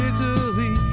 Italy